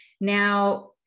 Now